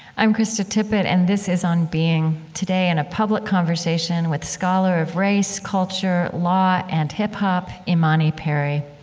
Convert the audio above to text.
i'm krista tippett, and this is on being. today in a public conversation with scholar of race, culture, law and hip hop, imani perry.